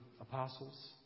apostles